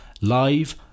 live